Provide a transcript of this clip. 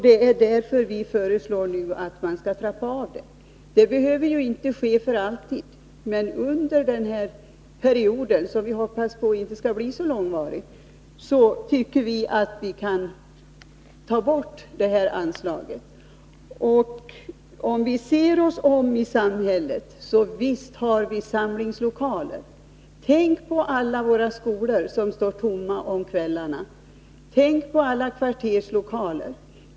Det är därför vi nu föreslår att man skall trappa ned det. Det behöver inte ske för alltid, men under den här perioden — som vi hoppas inte skall bli så långvarig — tycker vi att vi kan ta bort detta anslag. Om vi ser oss om i samhället finner vi att visst har vi samlingslokaler. Tänk på alla våra skolor som står tomma om kvällarna, tänk på alla kvarterslokaler.